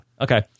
okay